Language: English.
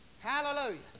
Hallelujah